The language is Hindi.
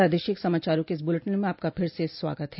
प्रादेशिक समाचारों के इस बुलेटिन में आपका फिर से स्वागत है